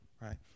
Right